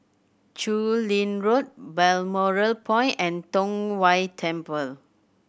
Chu Lin Road Balmoral Point and Tong Whye Temple